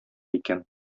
икән